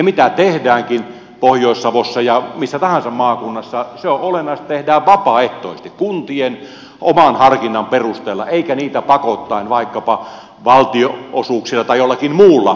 mitä tehdäänkin pohjois savossa ja missä tahansa maakunnassa se on olennaista että tehdään vapaaehtoisesti kuntien oman harkinnan perusteella eikä niitä pakottaen vaikkapa valtionosuuksilla tai jollakin muulla kiristäen